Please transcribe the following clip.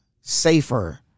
safer